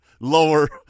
Lower